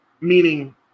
meaning